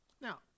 Now